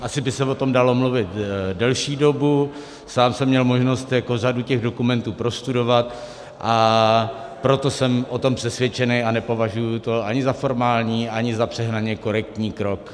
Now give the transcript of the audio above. Asi by se o tom dalo mluvit delší dobu, sám jsem měl možnost řadu dokumentů prostudovat, a proto jsem o tom přesvědčen a nepovažuji to ani za formální, ani za přehnaně korektní krok.